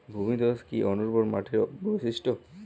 ভূমিধস কি অনুর্বর মাটির বৈশিষ্ট্য?